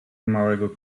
małego